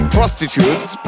Prostitutes